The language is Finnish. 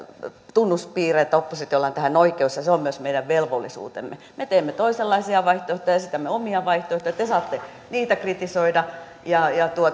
tunnuspiirre että oppositiolla on tähän oikeus ja se on myös meidän velvollisuutemme me teemme toisenlaisia vaihtoehtoja esitämme omia vaihtoehtojamme te saatte niitä kritisoida ja ja